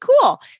cool